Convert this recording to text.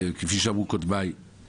כפי שאמרו קודמיי,